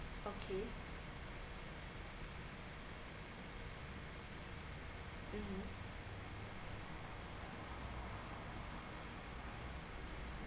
okay mm mm